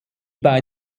bei